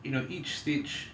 you know each stage